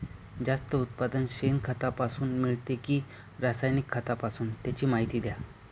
जास्त उत्पादन शेणखतापासून मिळते कि रासायनिक खतापासून? त्याची माहिती द्या